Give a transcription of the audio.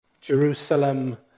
Jerusalem